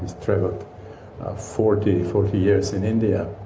he's traveled forty forty years in india.